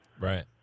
right